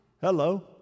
Hello